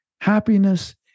happiness